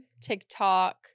TikTok